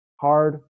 hard